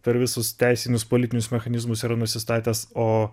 per visus teisinius politinius mechanizmus yra nusistatęs o